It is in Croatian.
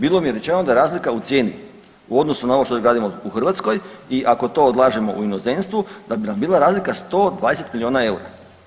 Bilo mi je rečeno da je razlika u cijeni u odnosu na ovo što gradimo u Hrvatskoj i ako to odlažemo u inozemstvu da bi nam bila razlika 120 miliona EUR-a.